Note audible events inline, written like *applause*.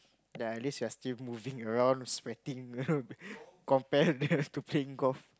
then at least you're still moving around sweating *laughs* compare that to playing golf